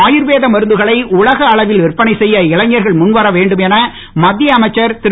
ஆயுர்வேத மருந்துகளை உலக அளவில் விற்பனை செய்ய இளைஞர்கள் முன்வர வேண்டும் என மத்திய அமைச்சர் திரு